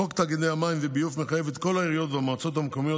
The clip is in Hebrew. חוק תאגידי מים וביוב מחייב את כל העיריות והמועצות המקומיות,